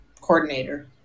coordinator